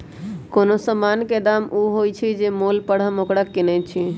कोनो समान के दाम ऊ होइ छइ जे मोल पर हम ओकरा किनइ छियइ